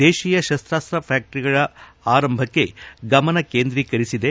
ದೇಶೀಯ ಶಸ್ತ್ರಾಸ್ತ್ರ ಫ್ಯಾಕ್ಟರಿಗಳ ಆರಂಭಕ್ಕೆ ಗಮನ ಕೇಂದ್ರೀಕರಿಸಿದೆ